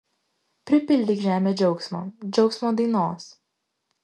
pripildyk žemę džiaugsmo džiaugsmo dainos